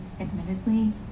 admittedly